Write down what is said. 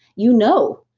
you know.